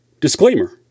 Disclaimer